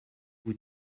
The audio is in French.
vous